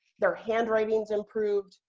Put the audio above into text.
their handwriting's approved.